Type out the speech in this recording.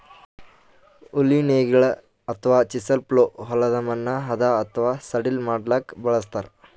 ಉಳಿ ನೇಗಿಲ್ ಅಥವಾ ಚಿಸೆಲ್ ಪ್ಲೊ ಹೊಲದ್ದ್ ಮಣ್ಣ್ ಹದಾ ಅಥವಾ ಸಡಿಲ್ ಮಾಡ್ಲಕ್ಕ್ ಬಳಸ್ತಾರ್